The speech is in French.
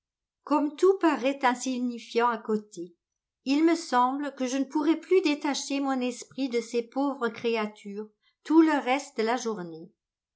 comme tout paraît insignifiant à côté il me semble que je ne pourrai plus détacher mon esprit de ces pauvres créatures tout le reste de la journée